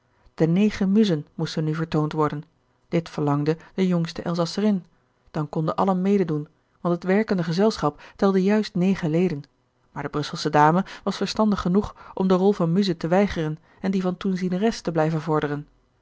de negen muzen moesten nu vertoond worden dit verlangde de jongste elzasserin dan konden allen mededoen want het werkende gezelschap telde juist negen leden maar de brusselsche dame was verstandig genoeg om de rol van muze te weigeren en die van toezieneres te blijven vorderen